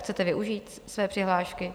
Chcete využít své přihlášky.